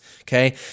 okay